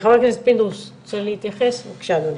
חבר הכנסת פינדרוס, רוצה להתייחס, בבקשה אדוני.